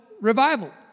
revival